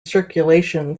circulation